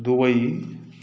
Dubai